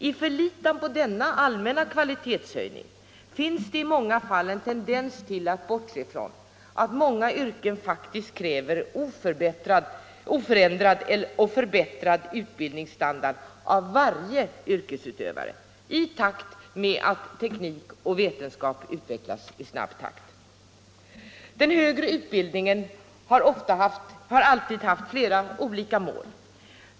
I förlitan på denna allmänna kvalitetshöjning finns det i många fall en tendens att bortse från att många yrken faktiskt kräver oförändrad och förbättrad utbildningsstandard av varje yrkesutövare i takt med att teknik och vetenskap utvecklas. Den högre utbildningen har alltid haft flera olika mål.